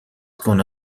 کنه